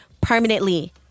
permanently